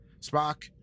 Spock